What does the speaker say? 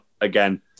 again